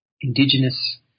Indigenous